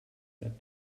that